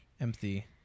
empty